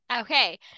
Okay